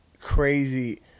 crazy